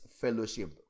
fellowship